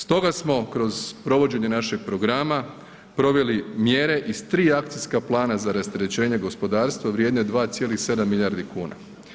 Stoga smo kroz provođenje našeg programa, proveli mjere iz tri akcijska plana za rasterećenje gospodarstva vrijedne 2,7 milijardi kuna.